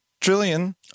trillion